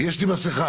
יש לי מסכה,